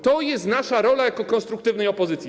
To jest nasza rola jako konstruktywnej opozycji.